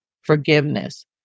Forgiveness